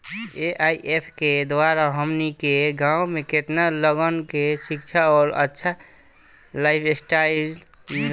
AIF के द्वारा हमनी के गांव में केतना लोगन के शिक्षा और अच्छा लाइफस्टाइल मिलल बा